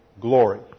glory